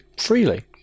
freely